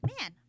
man